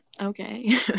okay